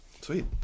Sweet